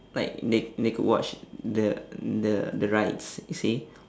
like they they could watch the the the rides you see